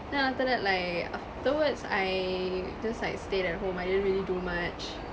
then after that like afterwards I just like stayed at home I didn't really do much